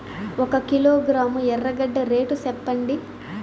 ఒక కిలోగ్రాము ఎర్రగడ్డ రేటు సెప్పండి?